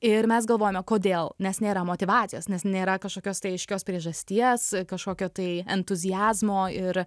ir mes galvojame kodėl nes nėra motyvacijos nes nėra kažkokios tai aiškios priežasties kažkokio tai entuziazmo ir